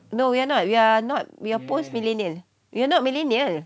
no we're not we are not we are post millennial we are not millennial